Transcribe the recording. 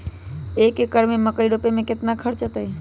एक एकर में मकई रोपे में कितना खर्च अतै?